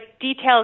details